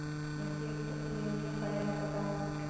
मिर्ची के खेती में यूरिया परेला या पोटाश?